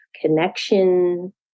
connection